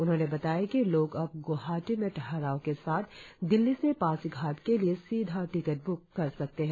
उन्होंने बताया कि लोग अब ग्वाहाटी में ठहराव के साथ दिल्ली से पासीघाट के लिए सीधा टिकट ब्क कर सकते है